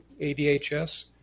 ADHS